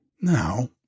Now